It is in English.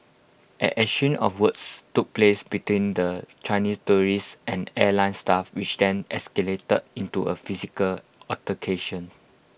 an exchange of words took place between the Chinese tourists and airline staff which then escalated into A physical altercation